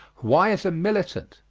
why is a militant?